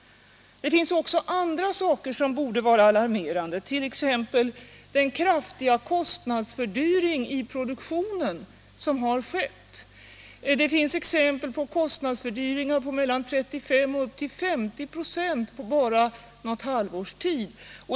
Det finns andra saker som också borde vara alarmerande, t.ex. den kraftiga kostnadsfördyring i produktionen som har skett. Det finns exempel på kostnadsfördyringar från 35 och upp till 50 96 bara på något halvårs tid.